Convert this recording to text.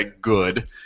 good